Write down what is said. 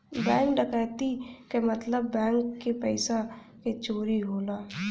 bank डकैती क मतलब बैंक के पइसा क चोरी होला